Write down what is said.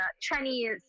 Chinese